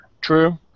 True